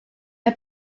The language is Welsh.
mae